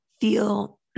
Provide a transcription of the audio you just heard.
feel